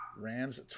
Rams